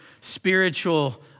spiritual